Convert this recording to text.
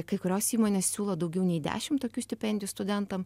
kai kurios įmonės siūlo daugiau nei dešim tokių stipendijų studentam